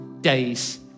days